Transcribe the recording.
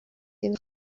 این